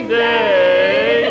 day